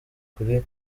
kuri